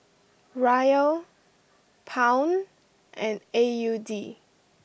Riyal Pound and A U D